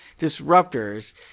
disruptors